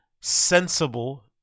sensible